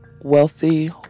wealthy